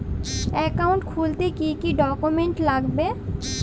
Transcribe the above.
Account খুলতে কি কি ডকুমেন্ট লাগবে?